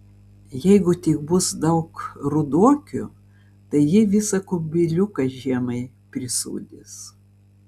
jeigu tik bus daug ruduokių tai ji visą kubiliuką žiemai prisūdys